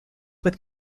with